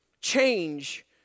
Change